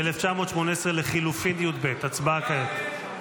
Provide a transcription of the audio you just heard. הסתייגות 1918 לחלופין י"ב, הצבעה כעת.